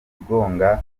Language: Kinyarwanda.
igonga